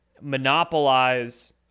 monopolize